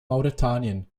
mauretanien